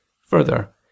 Further